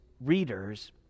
readers